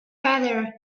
father